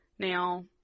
now